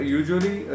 usually